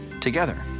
together